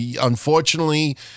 unfortunately